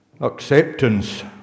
acceptance